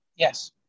Yes